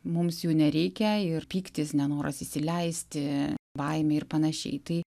mums jų nereikia ir pyktis nenoras įsileisti baimė ir panašiai tai